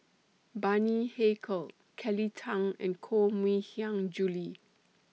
Bani Haykal Kelly Tang and Koh Mui Hiang Julie